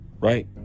right